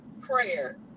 prayer